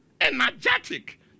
energetic